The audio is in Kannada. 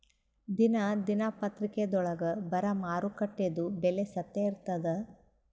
ದಿನಾ ದಿನಪತ್ರಿಕಾದೊಳಾಗ ಬರಾ ಮಾರುಕಟ್ಟೆದು ಬೆಲೆ ಸತ್ಯ ಇರ್ತಾದಾ?